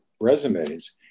resumes